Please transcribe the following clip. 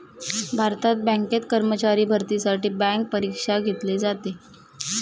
भारतात बँकेत कर्मचारी भरतीसाठी बँक परीक्षा घेतली जाते